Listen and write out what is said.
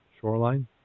shoreline